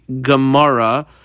gemara